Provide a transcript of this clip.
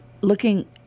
looking